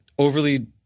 overly